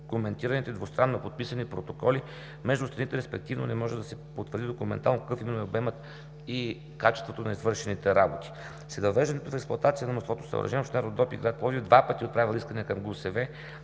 коментираните двустранно подписани протоколи между страните, респективно не може да се потвърди документално, какъв именно е обемът и качеството на извършените работи. След въвеждането в експлоатация на мостовото съоръжение община Родопи, гр. Пловдив, два пъти е отправяла искания към ГУСВ